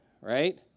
right